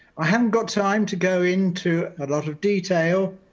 i haven't got time to go into a lot of detail.